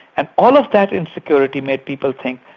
and all of that insecurity made people think,